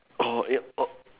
oh it oh